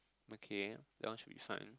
okay that one should be fine